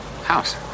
House